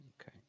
Okay